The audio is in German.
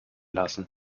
lassen